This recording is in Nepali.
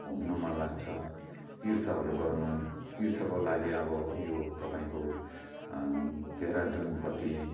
घुम्नु मन लाग्छ तीर्थहरू गर्नु तीर्थको लागि अब यो तपाईँको देहरादुनपट्टि